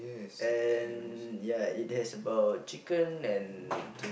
and yeah it has about chicken and